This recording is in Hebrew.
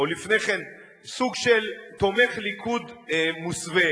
או לפני כן סוג של תומך ליכוד מוסווה,